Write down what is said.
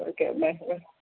okay bye bye